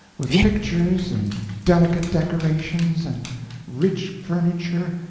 with pictures, and delicate decorations, and rich furniture,